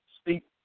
speak